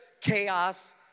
chaos